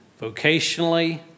vocationally